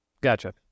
Gotcha